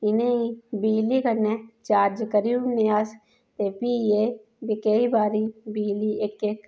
इनें ई बिजली कन्नै चार्ज करीउने अस ते फ्ही एह् केईं बारी बिजली इक इक